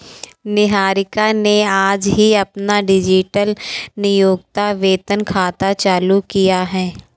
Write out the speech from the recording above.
निहारिका ने आज ही अपना डिजिटल नियोक्ता वेतन खाता चालू किया है